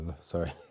sorry